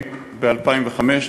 ב-2005,